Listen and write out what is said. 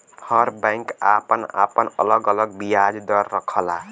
हर bank आपन आपन अलग अलग बियाज दर रखला